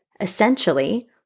essentially